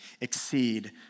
exceed